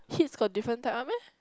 hits got different type [one] meh